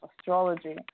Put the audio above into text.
astrology